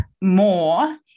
more